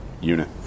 unit